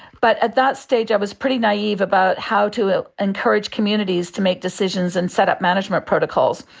but at that stage i was pretty naive about how to encourage communities to make decisions and set up management protocols.